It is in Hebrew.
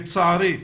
לצערי,